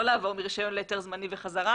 לא לעבור מרישיון להיתר זמני ובחזרה